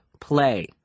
play